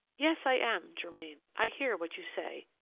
yes, i am, germain, i hear what you say,